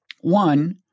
One